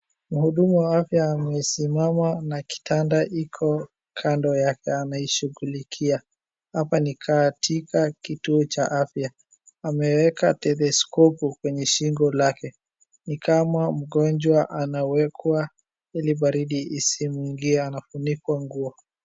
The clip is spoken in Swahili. Mhudumu wa afya amesimama na kitanda iko kando yake anaishughulikia, hapa ni katika kituo cha afya ameeka teleskopu kwenye shingo lake ni kama mgongwa anawekwa ili baridi isimuingie, anafunikwa nguo.